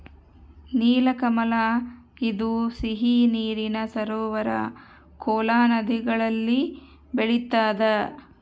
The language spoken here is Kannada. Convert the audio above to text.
ನೀಲಕಮಲ ಇದು ಸಿಹಿ ನೀರಿನ ಸರೋವರ ಕೋಲಾ ನದಿಗಳಲ್ಲಿ ಬೆಳಿತಾದ